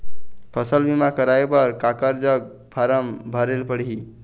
फसल बीमा कराए बर काकर जग फारम भरेले पड़ही?